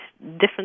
different